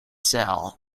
cell